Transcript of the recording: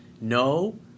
no